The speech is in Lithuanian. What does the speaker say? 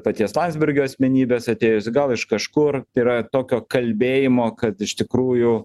paties landsbergio asmenybės atėjusi gal iš kažkur yra tokio kalbėjimo kad iš tikrųjų